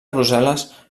brussel·les